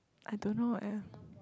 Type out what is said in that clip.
I don't know eh